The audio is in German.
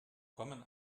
kommen